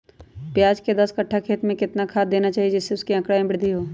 प्याज के दस कठ्ठा खेत में कितना खाद देना चाहिए जिससे उसके आंकड़ा में वृद्धि हो?